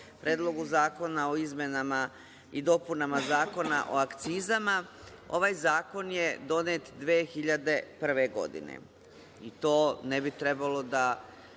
Predlogu zakona o izmenama i dopunama Zakona o akcizama. Ovaj zakon je donet 2001. godine, i to ne bi trebalo da